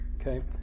Okay